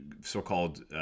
so-called